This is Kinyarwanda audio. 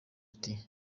ati